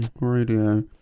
radio